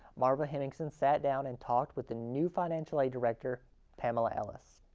marva henningsen sat down and talked with the new financial aid director pamela ellis.